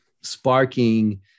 sparking